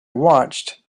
watched